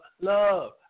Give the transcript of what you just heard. love